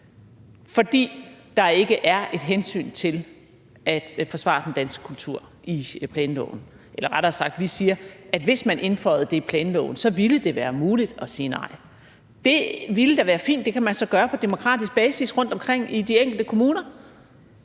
fordi der ikke er et hensyn til at forsvare den danske kultur i planloven. Eller rettere sagt, vi siger, at hvis man indføjede det i planloven, ville det være muligt at sige nej. Det ville da være fint. Det kan man så gøre på demokratisk basis rundtomkring i de enkelte kommuner.